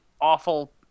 awful